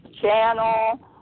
channel